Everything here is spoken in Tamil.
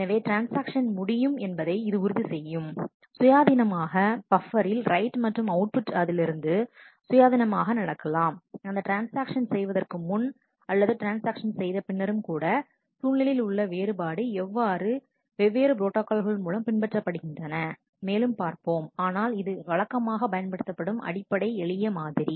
எனவே ட்ரான்ஸ்ஆக்ஷன் முடியும் என்பதை இது உறுதி செய்யும் சுயாதீனமாக பப்பரில் ரைட் மற்றும் அவுட்புட் அதிலிருந்து சுயாதீனமாக நடக்கலாம் அந்த ட்ரான்ஸ்ஆக்ஷன் செய்வதற்கு முன் அல்லது ட்ரான்ஸ்ஆக்ஷன் செய்த பின்னரும் கூட சூழ்நிலையில் உள்ள வேறுபாடு வெவ்வேறு ப்ரோட்டாகால்கள் பின்பற்றப்படுகின்றன மேலும் பார்ப்போம் ஆனால் இது வழக்கமாக பயன்படுத்தப்படும் அடிப்படை எளிய மாதிரி